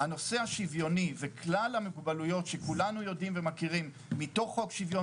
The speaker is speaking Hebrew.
הנושא השוויוני וכלל המוגבלויות שכולנו יודעים ומכירים מתוך שוויון